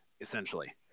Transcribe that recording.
essentially